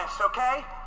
okay